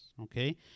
okay